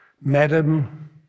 Madam